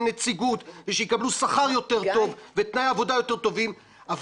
נציגות ושיקבלו שכר יותר טוב ותנאי עבודה יותר טובים,